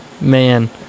man